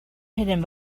hidden